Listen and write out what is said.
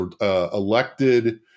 elected